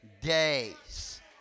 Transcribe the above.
days